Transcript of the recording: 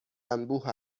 انبوه